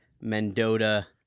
Mendota